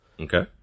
Okay